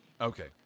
Okay